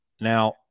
Now